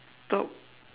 top